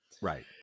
Right